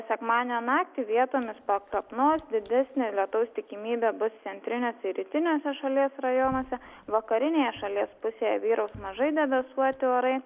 sekmadienio naktį vietomis pakrapnos didesnė lietaus tikimybė bus centriniuose ir rytiniuose šalies rajonuose vakarinėje šalies pusėje vyraus mažai debesuoti orai